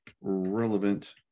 relevant